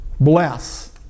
bless